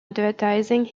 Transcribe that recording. advertising